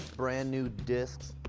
brand-new discs.